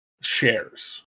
shares